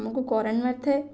ଆମକୁ କରେଣ୍ଟ ମାରିଥାଏ